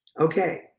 Okay